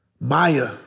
Maya